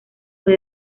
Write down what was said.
fue